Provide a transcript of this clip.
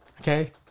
Okay